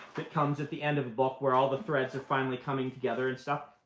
that comes at the end of a book, where all the threads are finally coming together and stuff,